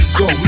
go